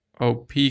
OP